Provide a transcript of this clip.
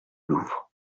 louvre